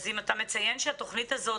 אז אם אתה מציין שהתוכנית הזאת,